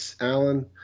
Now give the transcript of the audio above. Alan